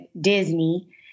Disney